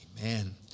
Amen